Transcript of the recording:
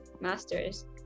masters